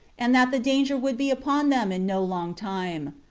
and that the danger would be upon them in no long time.